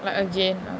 like again ah